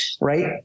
right